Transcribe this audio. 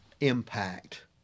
impact